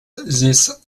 these